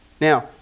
now